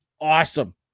awesome